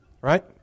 Right